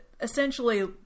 Essentially